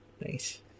Nice